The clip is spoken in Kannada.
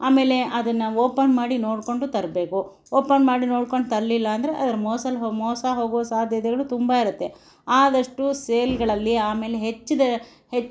ಆಮೇಲೆ ಅದನ್ನು ಓಪನ್ ಮಾಡಿ ನೋಡಿಕೊಂಡು ತರಬೇಕು ಓಪನ್ ಮಾಡಿ ನೋಡ್ಕೊಂಡು ತರಲಿಲ್ಲ ಅಂದರೆ ಅದ್ರಲ್ಲಿ ಮೋಸಲ್ ಹೊ ಮೋಸ ಹೋಗೊ ಸಾಧ್ಯತೆಗಳು ತುಂಬ ಇರುತ್ತೆ ಆದಷ್ಟು ಸೇಲ್ಗಳಲ್ಲಿ ಆಮೇಲೆ ಹೆಚ್ದ್ ಹೆ